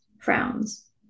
frowns